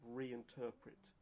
reinterpret